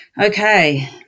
Okay